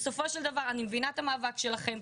בסופו של דבר אני מבינה את המאבק שלכם.